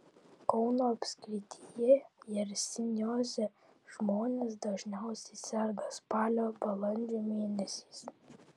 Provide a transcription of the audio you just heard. kauno apskrityje jersinioze žmonės dažniausiai serga spalio balandžio mėnesiais